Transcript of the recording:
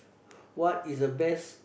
what is the best